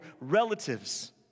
relatives